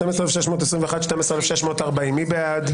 12,561 עד 12,580, מי בעד?